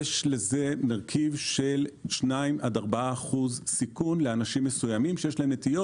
יש בזה מרכיב של 2%-4% סיכון לאנשים מסוימים שיש להם נטיות,